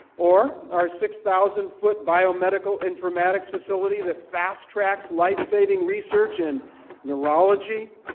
or our six thousand foot biomedical informatics facility that fast-tracks lifesaving research in neurology,